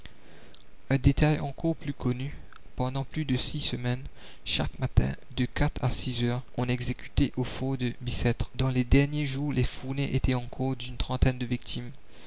encore plus connu pendant plus de six semaines chaque matin de à heures on exécutait au fort de bicêtre dans les derniers jours les fournées étaient encore d'une trentaine de victimes